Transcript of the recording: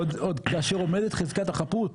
עוד כאשר עומדת חזקת החפות?